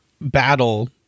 battle